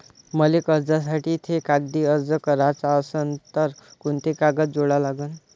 मले कर्जासाठी थे कागदी अर्ज कराचा असन तर कुंते कागद जोडा लागन?